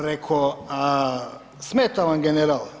Reko, smeta vam „General“